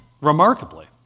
remarkably